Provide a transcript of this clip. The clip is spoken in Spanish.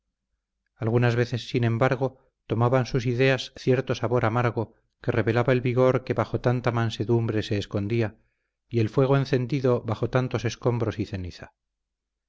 algunas veces sin embargo tomaban sus ideas cierto sabor amargo que revelaba el vigor que bajo tanta mansedumbre se escondía y el fuego encendido bajo tantos escombros y ceniza